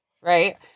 right